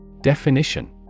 Definition